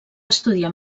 estudiar